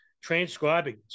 transcribing